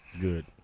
Good